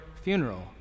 funeral